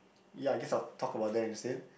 ya I guess I will talk about that instead